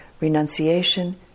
renunciation